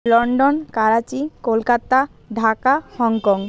London Karachi Kolkata Dhaka Hong Kong